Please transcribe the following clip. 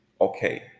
okay